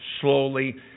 slowly